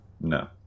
No